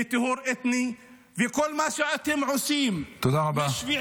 לטיהור אתני וכל מה שאתם עושים מ-7